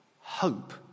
hope